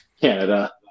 Canada